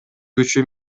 күчү